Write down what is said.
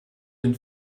den